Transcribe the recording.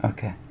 Okay